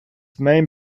main